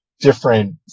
different